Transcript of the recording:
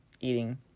eating